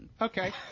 okay